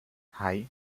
hei